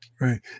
Right